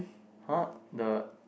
!huh! the